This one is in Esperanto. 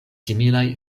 similaj